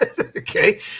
Okay